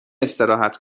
استراحت